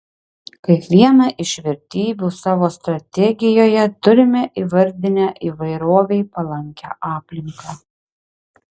kaip vieną iš vertybių savo strategijoje turime įvardinę įvairovei palankią aplinką